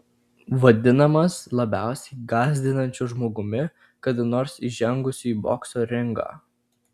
vadinamas labiausiai gąsdinančiu žmogumi kada nors įžengusiu į bokso ringą